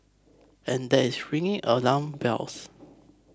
and that is ringing alarm bells